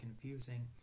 confusing